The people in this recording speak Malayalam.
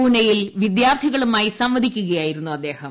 പൂനെയിൽ വിദ്യാർത്ഥികളുമായി സംവദിക്കുകയായിരുന്നു അദ്ദേഹം